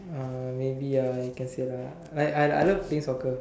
uh maybe ah I can say lah like I I love playing soccer